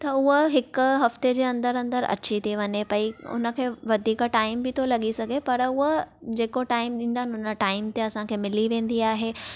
त हूअ हिक हफ़्ते जे अंदरि अंदरि अची ती वञे पई उन खे वधीक टाइम बि थो लॻी सघे पर उहे जेको टाइम ॾिंदनि उन टाइम ते असां खे मिली वेंदी आहे